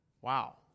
Wow